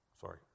Sorry